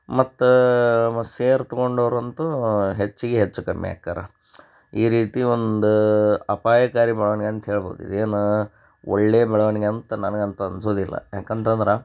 ಮತ್ತು ಮ ಸೇರ್ ತೊಗೊಂಡೋರಂತೂ ಹೆಚ್ಗೆ ಹೆಚ್ಚು ಕಮ್ಮಿ ಅಕ್ಕಾರ ಈ ರೀತಿ ಒಂದ ಅಪಾಯಕಾರಿ ಬೆಳವಣಿಗೆ ಅಂತ್ಹೇಳ್ಬೋದು ಇದೇನೂ ಒಳ್ಳೆಯ ಬೆಳವಣಿಗೆ ಅಂತ ನನ್ಗಂತೂ ಅನ್ಸೊದಿಲ್ಲ ಯಾಕಂತಂದ್ರೆ